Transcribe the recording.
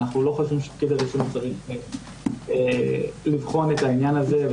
ואנחנו לא חושבים שפקיד הרישום צריך לבחון את העניין הזה.